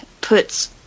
puts